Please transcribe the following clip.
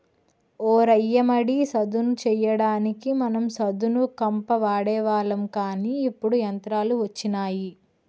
ఓ రయ్య మడి సదును చెయ్యడానికి మనం సదును కంప వాడేవాళ్ళం కానీ ఇప్పుడు యంత్రాలు వచ్చినాయి